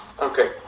Okay